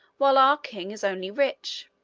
while our king is only rich.